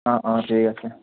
অঁ অঁ ঠিক আছে